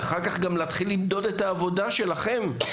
ואחר כך גם להתחיל למדוד את העבודה שלכם,